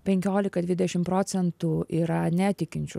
penkiolika dvidešim procentų yra netikinčių